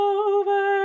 over